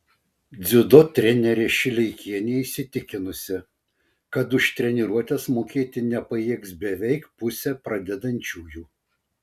dziudo trenerė šileikienė įsitikinusi kad už treniruotes mokėti nepajėgs beveik pusė pradedančiųjų